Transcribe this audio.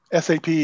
SAP